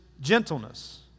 gentleness